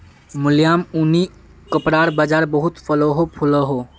मुलायम ऊनि कपड़ार बाज़ार बहुत फलोहो फुलोहो